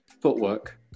Footwork